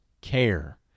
care